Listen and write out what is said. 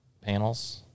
panels